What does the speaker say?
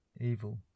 evil